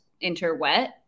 inter-wet